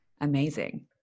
amazing